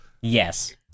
Yes